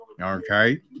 Okay